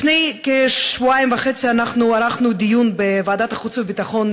לפני כשבועיים וחצי אנחנו ערכנו בוועדת החוץ והביטחון,